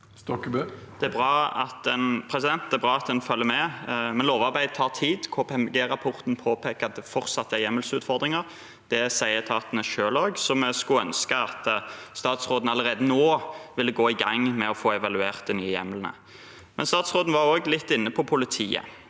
Det er bra at en følger med, men lovarbeid tar tid. KPMG-rapporten påpeker at det fortsatt er hjemmelsutfordringer. Det sier etatene selv også, så vi skulle ønske at statsråden allerede nå ville gå i gang med å få evaluert de nye hjemlene. Statsråden var litt inne på politiet,